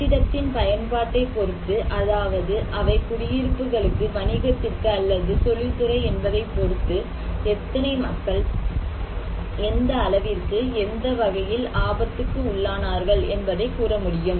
கட்டிடத்தின் பயன்பாட்டை பொருத்து அதாவது அவை குடியிருப்புகளுக்கு வணிகத்திற்கு அல்லது தொழில்துறை என்பதைப் பொறுத்து எத்தனை மக்கள் எந்த அளவிற்கு எந்த வகையில் ஆபத்துக்கு உள்ளானார்கள் என்பதை கூற முடியும்